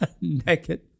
naked